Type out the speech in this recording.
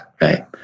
right